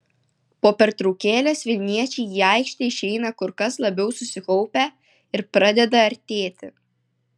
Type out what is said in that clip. po pertraukėlės vilniečiai į aikštę išeina kur kas labiau susikaupę ir pradeda artėti